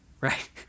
right